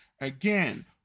Again